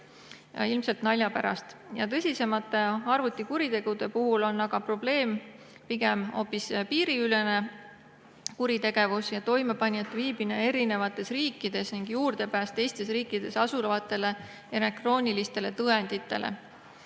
ilmselt nalja pärast. Tõsisemate arvutikuritegude puhul on probleem pigem hoopis piiriülene kuritegevus – toimepanijad viibivad erinevates riikides – ning juurdepääs teistes riikides asuvatele elektroonilistele tõenditele.